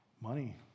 money